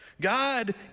God